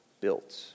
built